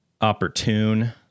opportune